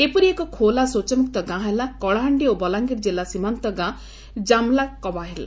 ଏପରି ଏକ ଖୋଲା ଶୌଚମୁକ୍ତ ଗାଁ ହେଲା କଳାହାଣ୍ଡି ଓ ବଲାଙ୍ଗିର କିଲ୍ଲା ସୀମାନ୍ଡ ଗାଁ ଜାମ୍ଲାକବାହାଲି